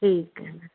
ਠੀਕ ਹੈ